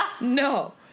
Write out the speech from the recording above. No